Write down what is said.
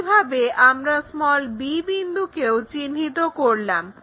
একইভাবে আমরা b বিন্দুকেও চিহ্নিত করলাম